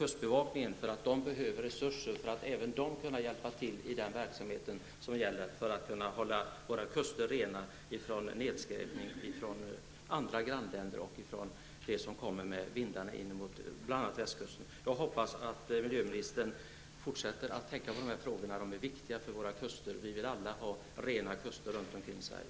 Kustbevakningen behöver resurser för att man skall kunna hjälpa till i den verksamhet som syftar till att hålla våra kuster rena från den nedskräpning som kommer från våra grannländer och som kommer med vindarna in mot bl.a. Jag hoppas att miljöministern fortsätter att tänka på dessa frågor. Detta är viktigt för våra kuster, och vi vill alla ha rena kuster runt omkring Sverige.